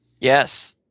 Yes